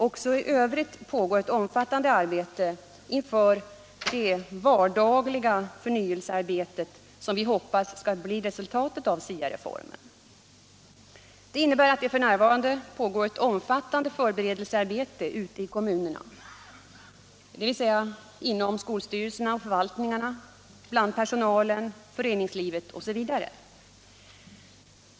Också i övrigt pågår ett omfattande arbete inför det vardagliga förnyelsearbetet, som vi hoppas skall bli resultatet av SIA-reformen. Det innebär att det f. n. pågår förberedelser ute i kommunerna, dvs. inom skolstyrelser och förvaltningar, bland personal, inom föreningslivet osv.